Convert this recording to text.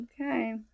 Okay